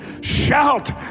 Shout